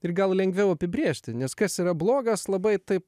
ir gal lengviau apibrėžti nes kas yra blogas labai taip